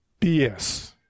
BS